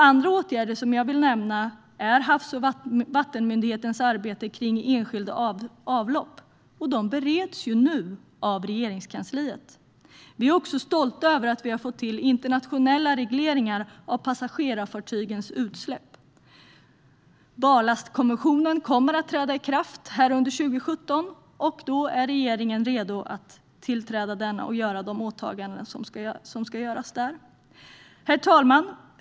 Andra åtgärder som jag vill nämna är Havs och vattenmyndighetens arbete kring enskilda avlopp. Förslagen bereds nu i Regeringskansliet. Vi är också stolta över att vi fått till internationella regleringar vad gäller passagerarfartygens utsläpp. Barlastkonventionen kommer att träda i kraft under 2017, och då är regeringen redo att tillträda den och göra de åtaganden som ska göras. Herr talman!